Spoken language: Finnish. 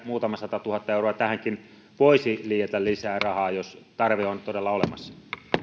muutama satatuhatta euroa tähänkin voisi liietä lisää rahaa jos tarve on todella olemassa